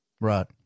Right